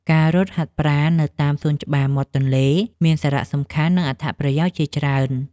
ការរត់ហាត់ប្រាណនៅតាមសួនច្បារមាត់ទន្លេ មានសារៈសំខាន់ និងអត្ថប្រយោជន៍ជាច្រើន។